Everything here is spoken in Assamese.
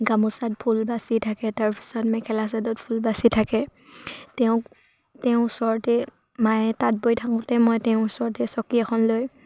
গামোচাত ফুল বাচি থাকে তাৰপিছত মেখেলা চাদৰত ফুল বাচি থাকে তেওঁক তেওঁৰ ওচৰতে মায়ে তাঁত বৈ থাকোঁতে মই তেওঁৰ ওচৰতে চকী এখন লৈ